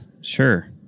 Sure